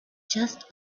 just